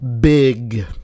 big